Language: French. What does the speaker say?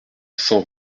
cent